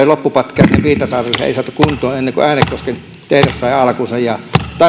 loppupätkää viitasaarelle ei saatu kuntoon ennen kuin äänekosken tehdas sai alkunsa